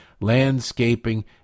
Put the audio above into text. landscaping